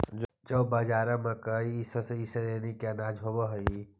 जौ, बाजरा, मकई इसब ई श्रेणी के अनाज होब हई